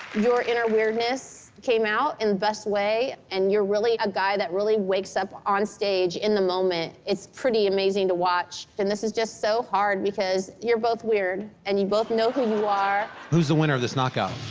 your inner weirdness came out in the best way, and you're really a guy that really wakes up on stage in the moment. it's pretty amazing to watch, and this is just so hard because you're both weird, and you both know who you are. who's the winner of this knockout?